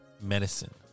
Medicine